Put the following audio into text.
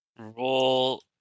Roll